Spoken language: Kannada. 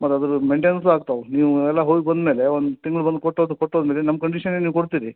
ಮತ್ತು ಅದರದು ಮೇಯ್ನ್ಟೆನೆನ್ಸೂ ಆಗ್ತಾವೆ ನೀವು ಎಲ್ಲ ಹೋಗಿ ಬಂದ ಮೇಲೆ ಒಂದು ತಿಂಗಳು ಬಂದು ಕೊಟ್ಟು ಹೋತ್ ಕೊಟ್ಟು ಹೋದ ಮೇಲೆ ನಮ್ಮ ಕಂಡೀಷನಿಗೆ ನೀವು ಕೊಡ್ತೀರಿ